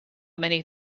many